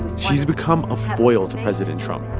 she's become a foil to president trump,